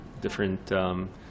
different